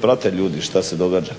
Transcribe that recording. Prate ljudi šta se događa.